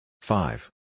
Five